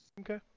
Okay